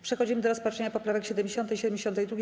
Przechodzimy do rozpatrzenia poprawek 70. i 72.